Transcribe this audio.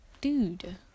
dude